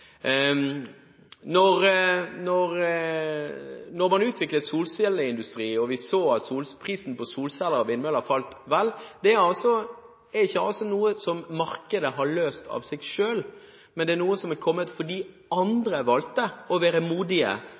man utviklet solcelleindustrien og vi så at prisen på solceller og vindmøller falt, er ikke det noe markedet har løst av seg selv. Det er noe som er kommet fordi andre valgte å være modige